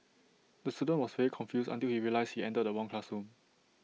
the student was very confused until he realised he entered the wrong classroom